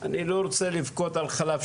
כבר יש לי תושבים ואני עוד לא התחלתי לבנות,